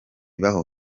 baho